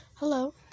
Hello